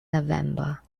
november